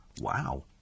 Wow